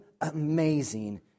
amazing